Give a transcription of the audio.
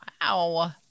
Wow